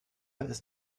ist